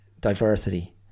diversity